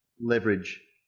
leverage